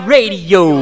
Radio